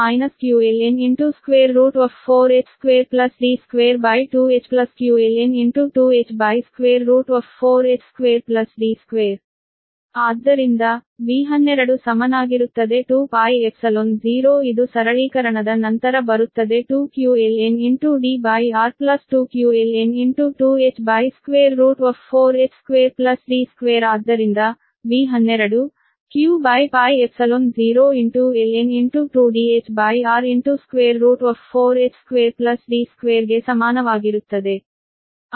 ಆದ್ದರಿಂದ V12 ಸಮನಾಗಿರುತ್ತದೆ 2π0 ಇದು ಸರಳೀಕರಣದ ನಂತರ ಬರುತ್ತದೆ 2 qlndr2q 2h4h2D2 ಆದ್ದರಿಂದ V12 q02Dhr4h2D2 ಗೆ ಸಮಾನವಾಗಿರುತ್ತದೆ